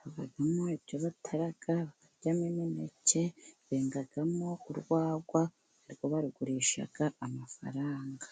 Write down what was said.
habamo ibyo batara bakaryamo imineke, bengamo urwagwa rwo barugurisha amafaranga.